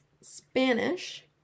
Spanish